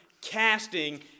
casting